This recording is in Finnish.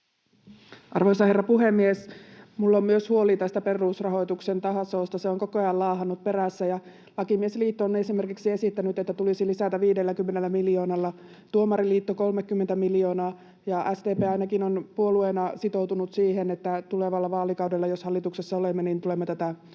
Arvoisa herra puhemies! Myös minulla on huoli perusrahoituksen tasosta. Se on koko ajan laahannut perässä, ja esimerkiksi Lakimiesliitto on esittänyt, että sitä tulisi lisätä 50 miljoonalla, Tuomariliitto 30:tä miljoonaa, ja ainakin SDP on puolueena sitoutunut siihen, että tulevalla vaalikaudella, jos hallituksessa olemme, tulemme tätä korottamaan.